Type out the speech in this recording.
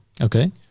okay